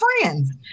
friends